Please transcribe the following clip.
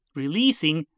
releasing